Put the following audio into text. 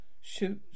Shoot